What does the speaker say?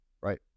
right